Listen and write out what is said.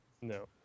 No